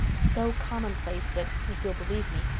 so commonplace that, if you'll believe me,